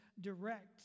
direct